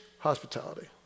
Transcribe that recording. Hospitality